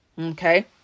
okay